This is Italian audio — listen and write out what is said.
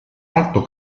alto